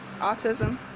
autism